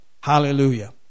hallelujah